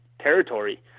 territory